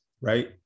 right